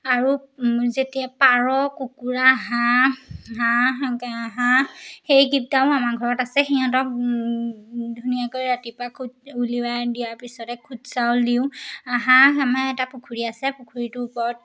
আৰু যেতিয়া পাৰ কুকুৰা হাঁহ হাঁহ হাঁহ সেইকেইটাও আমাৰ ঘৰত আছে সিহঁতক ধুনীয়াকৈ ৰাতিপুৱা খুদ উলিওৱাই দিয়াৰ পিছতে খুদ চাউল দিওঁ হাঁহ আমাৰ এটা পুখুৰী আছে পুখুৰীটোৰ ওপৰত